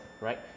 right